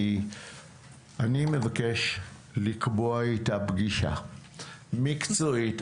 כי אני מבקש לקבוע איתה פגישה מקצועית,